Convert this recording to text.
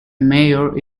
mayor